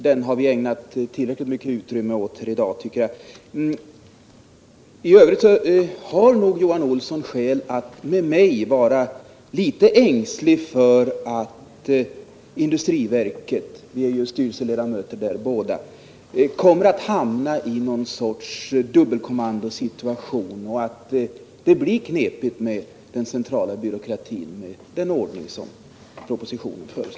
Den har vi ägnat tillmedelstora räckligt mycket tid åt i dag, tycker jag. företagens utveck I övrigt har nog Johan Olsson skäl att vara litet ängslig för att inling, m.m. dustriverket — vi är ju båda styrelseledamöter där — kommer att hamna i någon sorts dubbelkommandosituation och att det blir knepigt med den centrala byråkratin med den ordning som föreslås i propositionen.